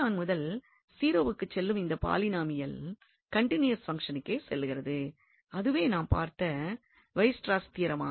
முதல் 0 க்கு செல்லும் இந்த பாலினாமியல் கன்டினியூவஸ் பங்ஷனுக்கே செல்கிறது அதுவே நாம் பார்த்த வெய்ஸ்ட்றாஸ் தியரம் ஆகும்